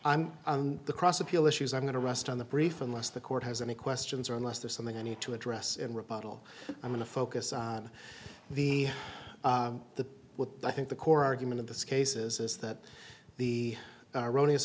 i'm on the cross appeal issues i'm going to rest on the brief unless the court has any questions or unless there's something i need to address i'm going to focus on the the i think the core argument of this case is that the erroneous